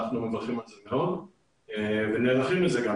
אנחנו מאוד מברכים על זה וגם נערכים לזה.